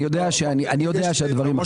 אני יודע שהדברים לא קרו.